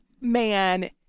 man